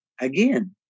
Again